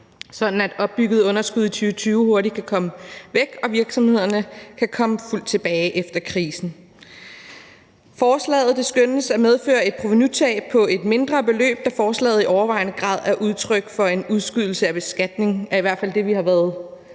sådan at opbyggede underskud i 2020 hurtigt kan komme væk og virksomhederne kan komme fuldt tilbage efter krisen. Forslaget skønnes at medføre et provenutab på et mindre beløb, da forslaget i overvejende grad er udtryk for en udskydelse af beskatning.